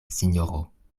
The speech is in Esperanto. sinjoro